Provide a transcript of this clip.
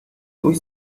موش